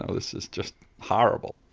ah this is just horrible.